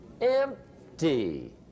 empty